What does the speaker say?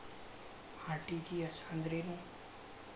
RTGS ಅಂದ್ರೇನು?